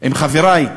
עם חברי,